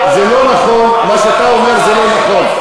זה לא נכון, מה שאתה אומר זה לא נכון.